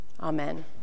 Amen